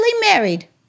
married